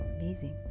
amazing